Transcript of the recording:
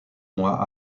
mois